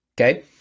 Okay